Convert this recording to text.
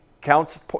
counts